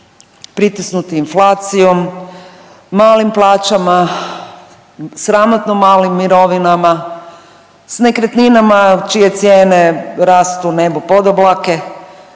pritisnuti inflacijom, malim plaćama, sramotno malim mirovinama, s nekretninama čije cijene rastu nebo pod oblake,